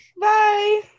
Bye